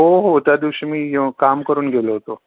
हो हो त्या दिवशी मी य काम करून गेलो होतो